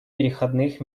переходных